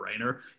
brainer